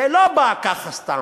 זה לא בא ככה סתם.